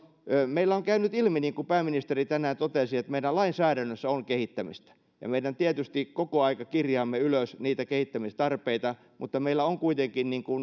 meillä on on käynyt ilmi niin kuin pääministeri tänään totesi että meidän lainsäädännössämme on kehittämistä ja mehän tietysti koko ajan kirjaamme ylös niitä kehittämistarpeita mutta meillä on kuitenkin